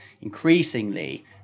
increasingly